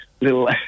little